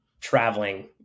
traveling